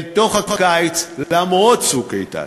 אל תוך הקיץ, למרות "צוק איתן".